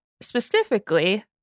specifically